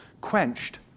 quenched